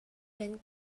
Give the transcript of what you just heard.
than